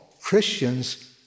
Christians